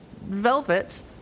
Velvet